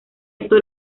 esto